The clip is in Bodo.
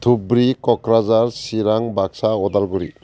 धुबरी क'क्राजार चिरां बाकसा उदालगुरि